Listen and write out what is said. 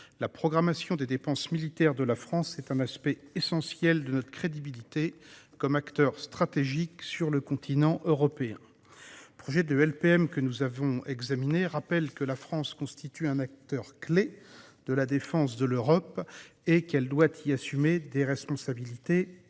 la programmation des dépenses militaires de la France est un aspect essentiel de notre crédibilité comme acteur stratégique sur le continent. Le projet de LPM que nous avons examiné tend à rappeler que la France constitue « un acteur clé » de la défense de l'Europe et qu'elle doit y assumer des « responsabilités particulières